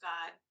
God